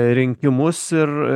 rinkimus ir